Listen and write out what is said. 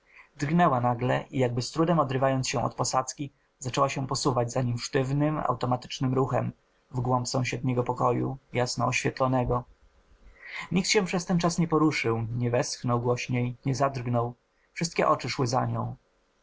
drgnęła nagle i jakby z trudem odrywając się od posadzki zaczęła się posuwać za nim sztywnym automatycznym ruchem w głąb sąsiedniego pokoju jasno oświetlonego nikt się przez ten czas nie poruszył nie westchnął głośniej nie zadrgnął wszystkie oczy szły za nią